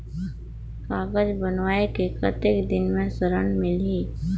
कागज बनवाय के कतेक दिन मे ऋण मिलही?